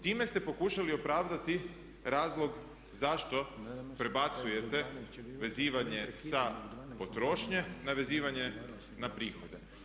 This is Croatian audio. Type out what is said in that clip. Time ste pokušali opravdati razlog zašto prebacujete vezivanje sa potrošnje na vezivanje na prihode.